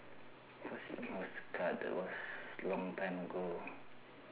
what's was card that was long time ago